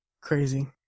Crazy